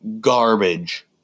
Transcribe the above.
Garbage